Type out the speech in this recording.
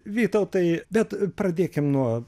vytautai bet pradėkim nuo